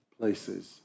places